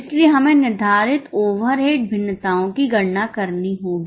इसलिए हमें निर्धारित ओवरहेड भिन्नताओं की गणना करनी होगी